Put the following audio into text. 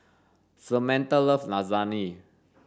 Samantha loves Lasagne